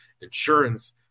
insurance